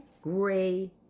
gray